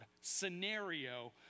scenario